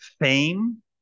Fame